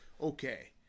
Okay